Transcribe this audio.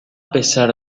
pesar